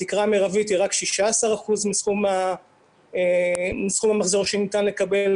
התקרה המרבית היא רק 16% מסכום המחזור שניתן לקבל,